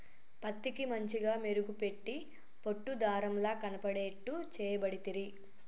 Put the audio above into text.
పత్తికి మంచిగ మెరుగు పెట్టి పట్టు దారం ల కనబడేట్టు చేయబడితిరి